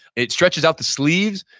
it stretches out the sleeves,